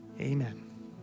Amen